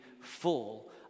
full